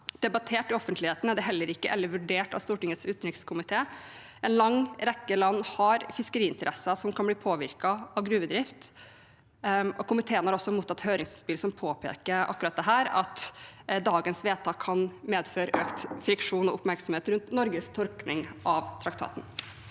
Debattert i offentligheten eller vurdert av Stortingets utenrikskomité er det heller ikke. En lang rekke land har fiskeriinteresser som kan bli påvirket av gruvedrift. Komiteen har også mottatt høringsinnspill som påpeker akkurat dette, at dagens vedtak kan medføre friksjon og oppmerksomhet rundt Norges tolkning av traktaten.